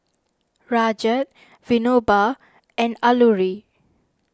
Rajat Vinoba and Alluri